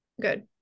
good